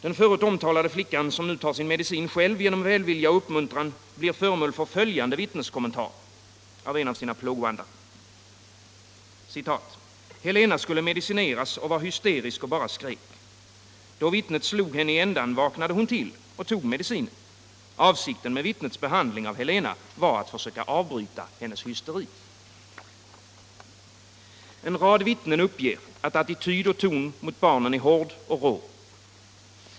Den förut omtalade flickan, som nu tar sin medicin själv genom välvilja och uppmuntran, blir föremål för följande vittneskommentar av en av sina plågoandar: ”Helena skulle medicineras och var hysterisk och bara skrek. Då vittnet slog henne i ändan vaknade hon till och tog medicinen. Avsikten med vittnets behandling av Helena var att försöka avbryta hennes hysteri.” En rad vittnen uppger att attityd och ton mot barnen är hård och rå.